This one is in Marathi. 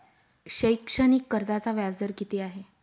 शैक्षणिक कर्जाचा व्याजदर किती आहे?